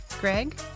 Greg